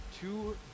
two